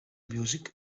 music